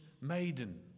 maiden